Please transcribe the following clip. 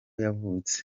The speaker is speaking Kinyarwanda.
yavutse